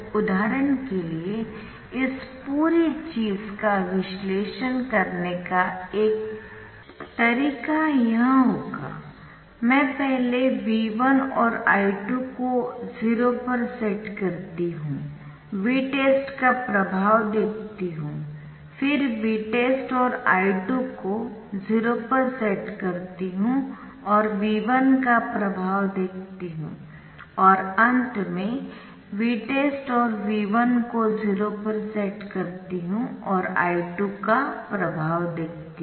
तो उदाहरण के लिए इस पूरी चीज़ का विश्लेषण करने का एक तरीका यह होगा मैं पहले V1 और I2 को 0 पर सेट करती हूं Vtest का प्रभाव देखती हूं फिर Vtest और I2 को 0 पर सेट करती हूं और V1 का प्रभाव देखती हूं और अंत में Vtest और V1 को 0 पर सेट करती हूं और I2 का प्रभाव देखती हूं